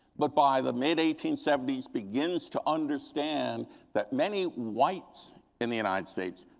but by the mid eighteen seventy s, begins to understand that many whites in the united states,